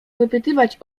wypytywać